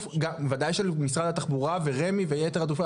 ודאי גם של משרד התחבורה ורשות מקרקעי ישראל ויתר הגורמים,